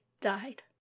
died